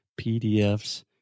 PDFs